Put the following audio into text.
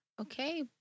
Okay